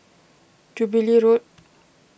Jubilee Road